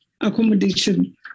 accommodation